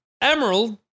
Emerald